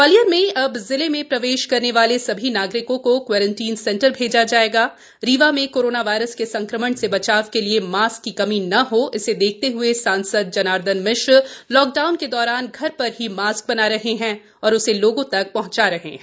ग्वालियर में अब जिले में प्रवेश करने वाले सभी नागरिकों को क्वारंटाइन सेंटर भेजा जायेगा रीवा में कोरोना वायरस के संक्रमण से बचाव के लिए मास्क की कमी न हो इसे देखते हए सांसद जनार्दन मिश्र लॉकडाउन के दौरान घर में ही मास्क बना रहे हैं और उसे लोगों तक पहुंचा भी रहे हैं